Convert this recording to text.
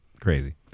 crazy